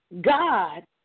God